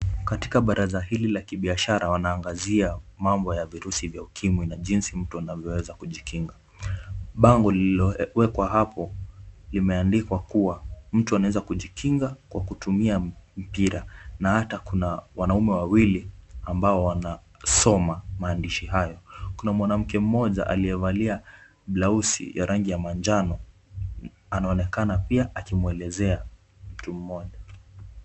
Katika baraza hili la kibiashara wanaangazia mambo ya virusi vya Ukimwi na jinsi mtu anavyoweza kujikinga. Bango lililowekwa hapo limeandikwa kuwa mtu anaweza kujikinga kwa kutumia mipira na hata Kuna wanaume wawili wanasoma maandishi hayo. Kuna mwanamke mmoja aliyevalia blausi ya rangi ya manjano anaonekana pia akimwelezea mtu mmoja.